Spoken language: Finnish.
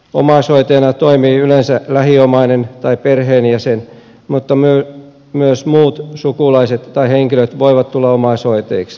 omaishoitajana toimii yleensä lähiomainen tai perheenjäsen mutta myös muut sukulaiset tai henkilöt voivat tulla omaishoitajiksi